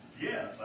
Yes